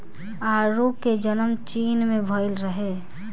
आडू के जनम चीन में भइल रहे